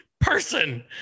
person